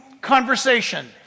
conversation